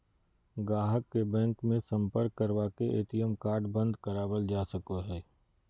गाहक के बैंक मे सम्पर्क करवा के ए.टी.एम कार्ड बंद करावल जा सको हय